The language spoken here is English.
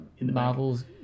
Marvel's